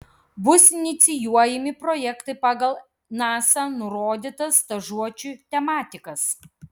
bus inicijuojami projektai pagal nasa nurodytas stažuočių tematikas